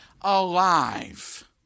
alive